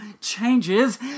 changes